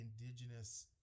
indigenous